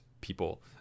people